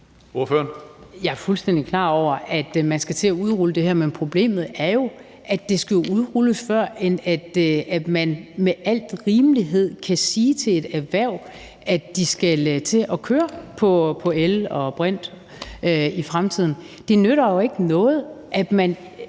Jeg er fuldstændig klar over, at man skal til at udrulle det her, men problemet er jo, at det skal udrulles, førend man med al rimelighed kan sige til et erhverv, at de skal til at køre på el og brint i fremtiden. Det nytter jo ikke noget, at man